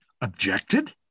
objected